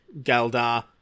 Galdar